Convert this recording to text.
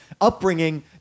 upbringing